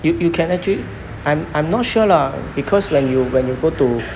you you can actually I'm I'm not sure lah because when you when you go to